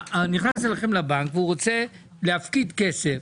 והוא רוצה להפקיד כסף.